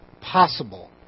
possible